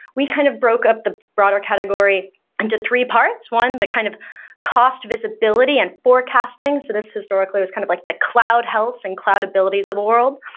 we kind of broke up the broader category into three parts. one, the kind of cost visibility and forecasting. so this historically was kind of like the cloud health and cloud abilities of the world.